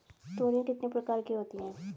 तोरियां कितने प्रकार की होती हैं?